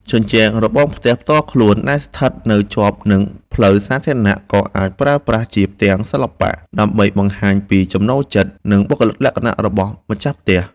ជញ្ជាំងរបងផ្ទះផ្ទាល់ខ្លួនដែលស្ថិតនៅជាប់នឹងផ្លូវសាធារណៈ ក៏អាចប្រើប្រាស់ជាផ្ទាំងសិល្បៈដើម្បីបង្ហាញពីចំណូលចិត្ត និងបុគ្គលិកលក្ខណៈរបស់ម្ចាស់ផ្ទះ។